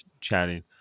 chatting